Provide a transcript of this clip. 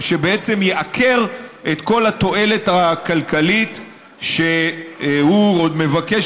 שיעקר את כל התועלת הכלכלית שהוא מבקש